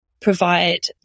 provide